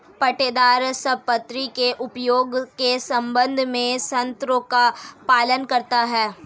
पट्टेदार संपत्ति के उपयोग के संबंध में शर्तों का पालन करता हैं